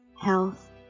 health